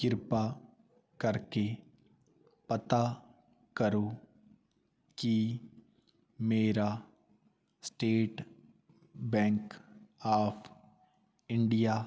ਕਿਰਪਾ ਕਰਕੇ ਪਤਾ ਕਰੋ ਕਿ ਮੇਰਾ ਸਟੇਟ ਬੈਂਕ ਆਫ ਇੰਡੀਆ